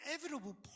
inevitable